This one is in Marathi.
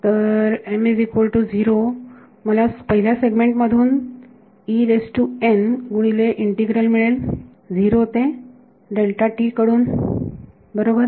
तर मला पहिल्या सेगमेंट मधून गुणिले इंटीग्रल मिळेल 0 ते कडून बरोबर